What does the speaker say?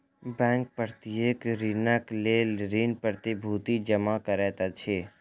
bank प्रत्येक ऋणक लेल ऋण प्रतिभूति जमा करैत अछि